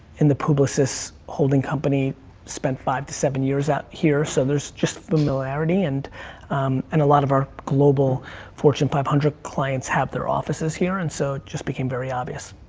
in the publicis holding company spent five to seven years out here, so there's just the familiarity, and um and a lot of our global fortune five hundred clients have their offices here, and so it just became very obvious.